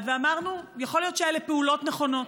ואמרנו: יכול להיות שאלה פעולות נכונות.